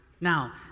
Now